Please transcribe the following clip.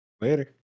Later